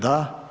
Da.